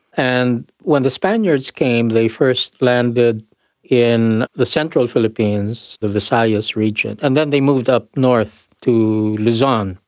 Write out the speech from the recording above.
and when the spaniards came they first landed in the central philippines, the visayas region, and then they moved up north to luzon,